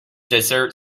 dessert